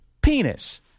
penis